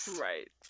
Right